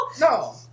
No